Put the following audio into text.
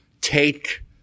take